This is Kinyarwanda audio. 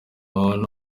muntu